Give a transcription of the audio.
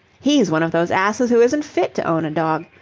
he's one of those asses who isn't fit to own a dog.